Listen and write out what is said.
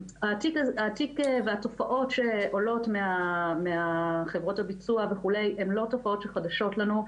התיק והתופעות שעולות מהחברות הביצוע וכו' הן לא תופעות שחדשות לנו.